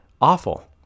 awful